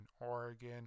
Oregon